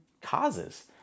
causes